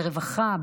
ברווחה,